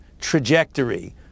trajectory